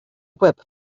whip